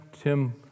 Tim